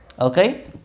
Okay